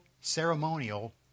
ceremonial